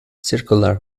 circular